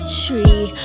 tree